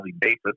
basis